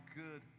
good